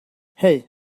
hei